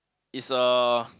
is a